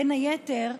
בין היתר,